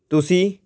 ਤੁਸੀਂ